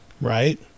right